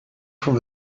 from